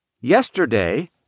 Yesterday